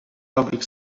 public